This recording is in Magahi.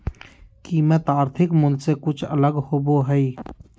कीमत आर्थिक मूल से कुछ अलग होबो हइ